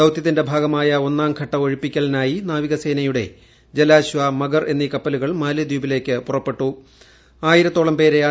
ദൌത്യത്തിന്റെ ഭാഗമായ്ക് ഔന്നാംഘട്ട ഒഴിപ്പിക്കലിനായി നാവികസേനയുടെ ജലാശ്ച മഗർ ് എന്നീ കപ്പലുകൾ മാലദ്ധീപിലേക്ക് ആയിരത്തോളും പേരെ പുറപ്പെട്ടു